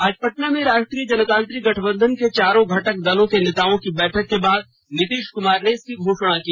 आज पटना में राष्ट्रीय जनतांत्रिक गठबंधन के चारों घटक दलों के नेताओं की बैठक के बाद नीतीश कुमार ने इसकी घोषणा की